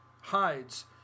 hides